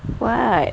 what